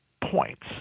points